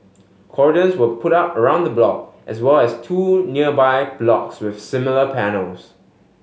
Cordons were put up around the block as well as two nearby blocks with similar panels